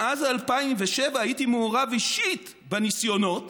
מאז 2007 הייתי מעורב אישית בניסיונות,